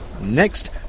Next